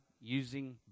using